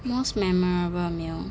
most memorable meal